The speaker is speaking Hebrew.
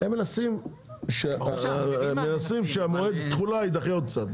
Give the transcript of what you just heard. הם מנסים שהמועד תחולה יידחה עוד קצת,